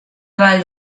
avall